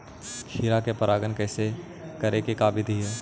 खिरा मे परागण करे के का बिधि है?